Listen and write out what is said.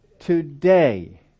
Today